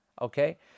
okay